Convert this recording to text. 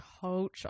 culture